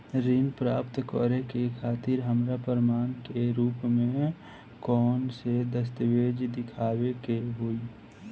ऋण प्राप्त करे के खातिर हमरा प्रमाण के रूप में कउन से दस्तावेज़ दिखावे के होइ?